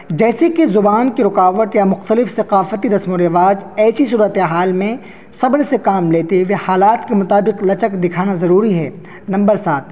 جیسے کہ زبان کے رکاوٹ یا مختلف ثقافتی رسم و رواج ایسی صورت حال میں صبر سے کام لیتے ہوئے حالات کے مطابق لچک دکھانا ضروری ہے نمبر سات